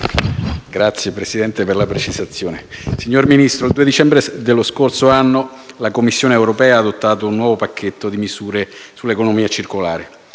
Signor Presidente, il 2 dicembre dello scorso anno la Commissione europea ha adottato un nuovo pacchetto di misure sull'economia circolare.